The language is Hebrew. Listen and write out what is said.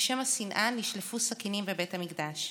בשם השנאה נשלפו סכינים בבית המקדש.